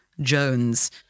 Jones